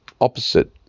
opposite